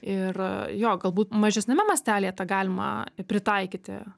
ir jo galbūt mažesniame miestelyje tą galima pritaikyti